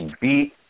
beat